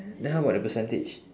then how about the percentage